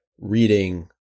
reading